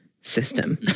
system